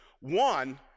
One